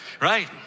Right